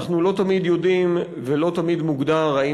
אנחנו לא תמיד יודעים ולא תמיד מוגדר אם